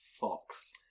Fox